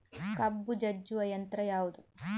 ಕಬ್ಬು ಜಜ್ಜುವ ಯಂತ್ರ ಯಾವುದು?